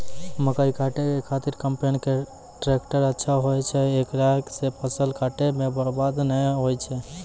मकई काटै के खातिर कम्पेन टेकटर अच्छा होय छै ऐकरा से फसल काटै मे बरवाद नैय होय छै?